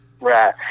right